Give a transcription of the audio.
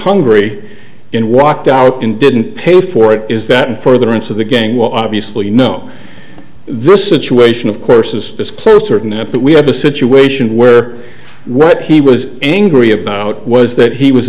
hungry and walked out in didn't pay for it is that in furtherance of the gang will obviously know this situation of course is closer than that but we have a situation where what he was angry about was that he was